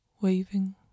waving